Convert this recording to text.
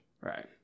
right